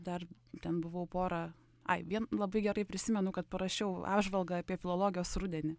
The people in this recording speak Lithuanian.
dar ten buvau pora ai vien labai gerai prisimenu kad parašiau apžvalgą apie filologijos rudenį